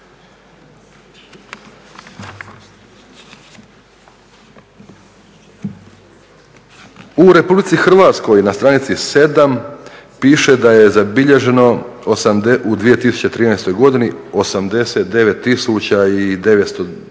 U RH na stranici 7 piše da je zabilježeno u 2013.godini 89